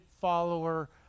follower